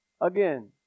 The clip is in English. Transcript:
Again